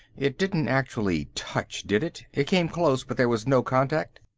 it didn't actually touch, did it? it came close but there was no contact.